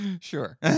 sure